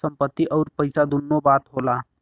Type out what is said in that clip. संपत्ति अउर पइसा दुन्नो बात होला